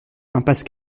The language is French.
impasse